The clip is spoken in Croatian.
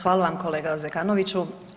Hvala vam kolega Zekanoviću.